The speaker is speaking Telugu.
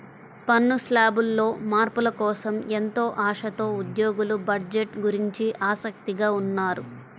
పన్ను శ్లాబుల్లో మార్పుల కోసం ఎంతో ఆశతో ఉద్యోగులు బడ్జెట్ గురించి ఆసక్తిగా ఉన్నారు